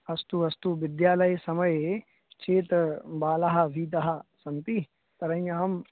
अस्तु अस्तु विद्यालयसमये चेत् बालाः भीताः सन्ति तर्हि अहम्